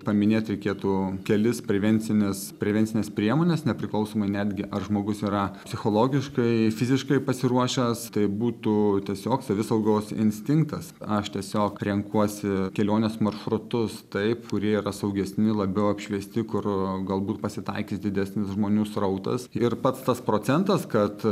paminėti reikėtų kelis prevencines prevencines priemones nepriklausomai netgi ar žmogus yra psichologiškai fiziškai pasiruošęs tai būtų tiesiog savisaugos instinktas aš tiesiog renkuosi kelionės maršrutus taip kurie yra saugesni labiau apšviesti kur galbūt pasitaikys didesnis žmonių srautas ir pats tas procentas kad